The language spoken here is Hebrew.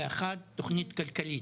ואחת תוכנית כלכלית.